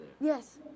Yes